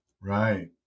Right